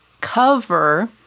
cover